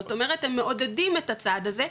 זאת אומרת הם מעודדים את הצעד הזה,